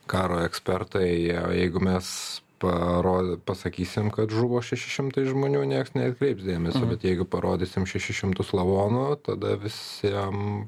karo ekspertai o jeigu mes paro pasakysim kad žuvo šeši šimtai žmonių nieks neatkreips dėmesio bet jeigu parodysim šešis šimtus lavonų tada visiem